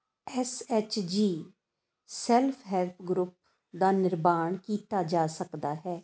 S H G self help group ਦਾ ਨਿਰਮਾਣ ਕੀਤਾ ਜਾ ਸਕਦਾ ਹੈ